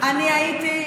אני הייתי,